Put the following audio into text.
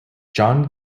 john